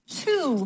two